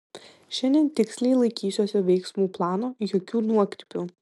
šiandien tiksliai laikysiuosi veiksmų plano jokių nuokrypių